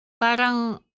parang